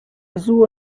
azul